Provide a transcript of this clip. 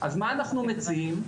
אז מה אנחנו מציעים,